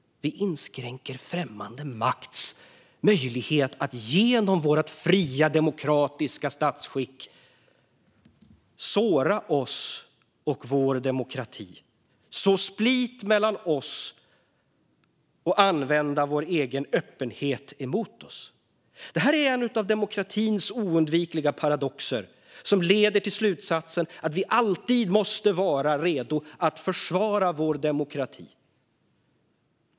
Vi inskränker främmande makts möjlighet att genom vårt fria, demokratiska statsskick såra oss och vår demokrati, så split mellan oss och använda vår egen öppenhet emot oss. Det här är en av demokratins oundvikliga paradoxer som leder till slutsatsen att vi alltid måste vara redo att försvara vår demokrati.